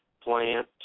plant